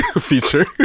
feature